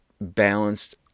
balanced